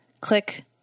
click